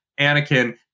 Anakin